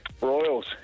Royals